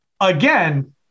Again